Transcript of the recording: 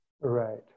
Right